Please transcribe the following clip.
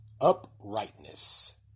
uprightness